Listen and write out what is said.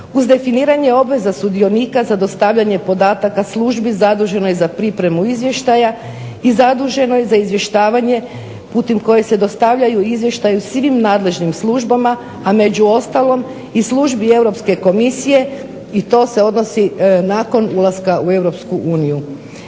uz definiranje obveza sudionika za dostavljanje podataka službi zaduženoj za pripremu izvještaja i zaduženoj za izvještavanje putem kojeg se dostavljaju izvještaji u svim nadležnim službama, a među ostalom i službi Europske komisije i to se odnosi nakon ulaska u